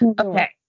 okay